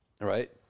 Right